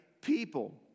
people